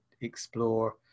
explore